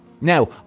Now